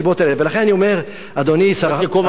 ולכן אני אומר, אדוני, לסיכום, אדוני.